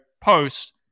post